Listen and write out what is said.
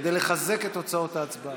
כדי לחזק את תוצאות ההצבעה.